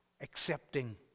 accepting